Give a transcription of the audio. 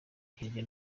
hirya